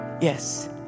yes